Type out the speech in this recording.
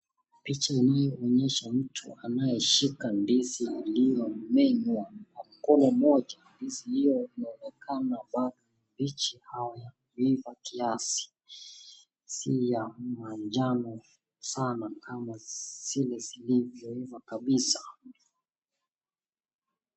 Picha hii inaonesha mtu anaye shika ndizi iliyo menywa na mkono moja. Ndizi hiyo inaonekana Bado ni mbichi au imeiva kiasi . Si ya manjano sana kama zile zilivyo hiva kabisa.